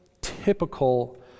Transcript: typical